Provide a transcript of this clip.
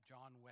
John